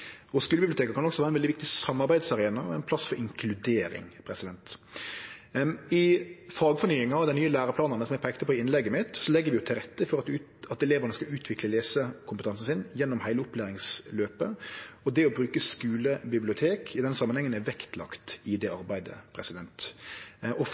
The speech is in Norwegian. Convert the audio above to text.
kan òg vere ein veldig viktig samarbeidsarena og ein plass for inkludering. I fagfornyinga og dei nye læreplanane, som eg peikte på i innlegget mitt, legg vi til rette for at elevane skal utvikle lesekompetansen sin gjennom heile opplæringsløpet. Det å bruke skulebibliotek i den samanhengen er vektlagt i det arbeidet.